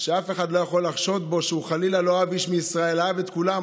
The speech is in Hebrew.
מיהו יהודי ומי אינו יהודי,